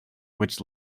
which